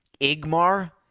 Igmar